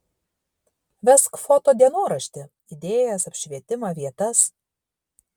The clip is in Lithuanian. vesk foto dienoraštį idėjas apšvietimą vietas